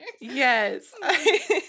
Yes